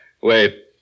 Wait